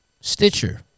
Stitcher